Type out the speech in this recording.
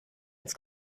ins